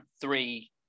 three